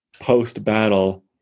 post-battle